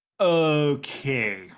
Okay